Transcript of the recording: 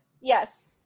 Yes